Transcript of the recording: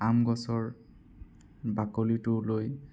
আম গছৰ বাকলিটো লৈ